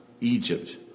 Egypt